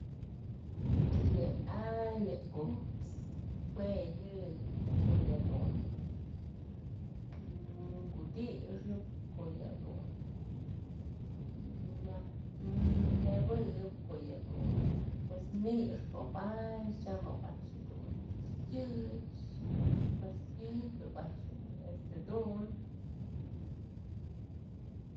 Yë a'ax yë ujt's jue yë ko'o yëdun kutixëp yëdun myaj nëbëp ko'o yëdun pues nixp ob a'ax tyam ob a'ax dun tyëch pues juëb ob a'ax jedun.